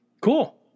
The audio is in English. Cool